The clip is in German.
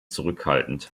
zurückhaltend